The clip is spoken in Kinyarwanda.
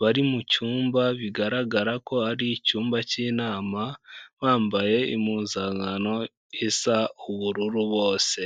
bari mu cyumba bigaragara ko ari icyumba cy'inama, bambaye impuzankano isa ubururu bose.